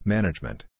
Management